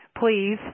Please